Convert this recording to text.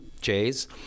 jays